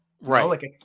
Right